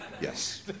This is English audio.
Yes